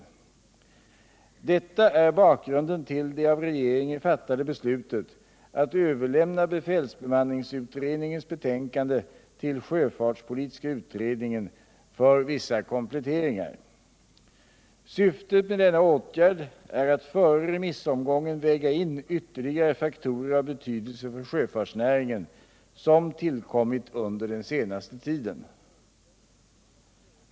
Detta är bakgrunden till det av regeringen fattade beslutet att överlämna befälsbemanningsutredningens betänkande till sjöfartspolitiska utredningen för vissa kompletteringar. Syftet med denna åtgärd är att före remissomgången väga in ytterligare faktorer av betydelse för sjöfartsnäringen, som tillkommit under den senaste tiden.